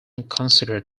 considered